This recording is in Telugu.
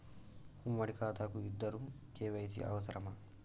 ఉమ్మడి ఖాతా కు ఇద్దరు కే.వై.సీ అవసరమా?